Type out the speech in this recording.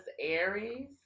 aries